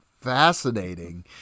fascinating